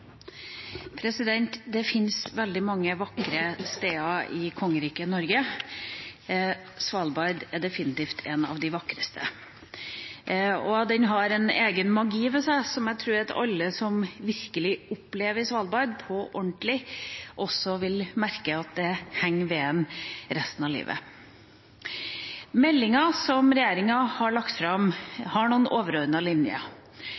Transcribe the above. definitivt et av de vakreste. Og det har en egen magi ved seg som jeg tror at alle som virkelig opplever Svalbard på ordentlig, også vil merke at henger ved dem resten av livet. Meldinga som regjeringa har lagt fram, har noen overordnede linjer,